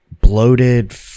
bloated